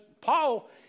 Paul